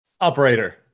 Operator